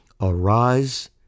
Arise